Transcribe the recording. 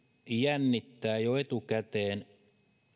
jännittää jo etukäteen